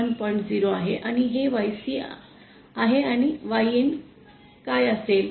0 आहे आणि हे Yc आहे Yin काय असेल